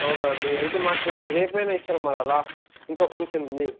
అవునా అండి అయితే మాకు రేపైనా ఇస్తారా మరలా ఇంకో ఫంక్షన్ ఉంది